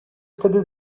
wtedy